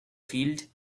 field